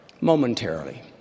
Momentarily